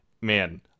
man